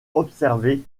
observer